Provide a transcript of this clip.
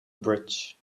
bridge